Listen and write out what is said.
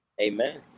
Amen